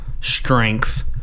strength